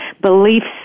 beliefs